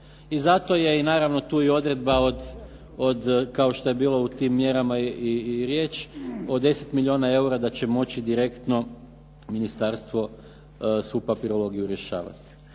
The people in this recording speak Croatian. I zato je tu i odredba od kao što je bilo u tim mjerama i riječ o 10 milijuna eura da će moći direktno ministarstvo svu papirologiju rješavati.